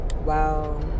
Wow